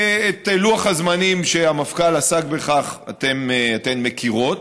את לוח הזמנים שהמפכ"ל עסק בכך אתן מכירות,